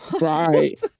Right